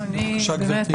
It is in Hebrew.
בבקשה, גברתי.